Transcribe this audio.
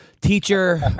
teacher